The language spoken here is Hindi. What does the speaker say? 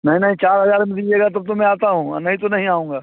नहीं नहीं चार हज़ार में दीजिएगा तब तो मैं आता हूँ नहीं तो नहीं आऊँगा